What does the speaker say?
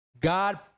God